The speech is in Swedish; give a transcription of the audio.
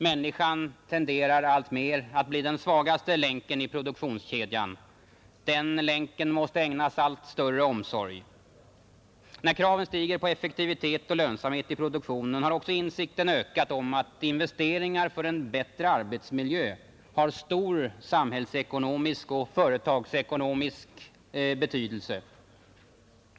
Människan tenderar alltmer att bli den svagaste länken i produktionskedjan. Den länken måste ägnas allt större omsorg. När kraven stiger på effektivitet och lönsamhet i produktionen har också insikten ökat om att investeringar för en bättre arbetsmiljö har stor samhällsekonomisk och företagsekonomisk betydelse.